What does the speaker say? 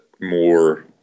more